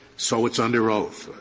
so it's under oath.